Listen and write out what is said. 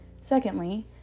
Secondly